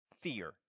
fear